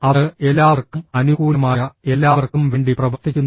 അത് എല്ലാവർക്കും അനുകൂലമായ എല്ലാവർക്കും വേണ്ടി പ്രവർത്തിക്കുന്നു